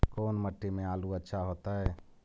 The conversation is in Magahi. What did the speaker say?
कोन मट्टी में आलु अच्छा होतै?